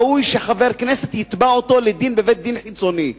ראוי שחבר כנסת יתבע אותו לדין בבית-דין חיצוני.